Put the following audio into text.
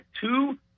two